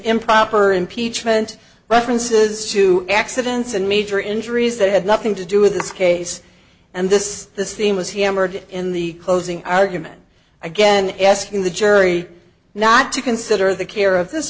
improper impeachment references to accidents and major injuries that had nothing to do with this case and this theme was hammered in the closing argument again asking the jury not to consider the care of this